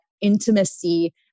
intimacy